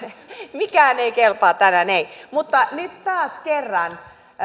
mikään ei kelpaa tänään ei taas kerran